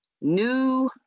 New